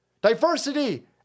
Diversity